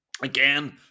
Again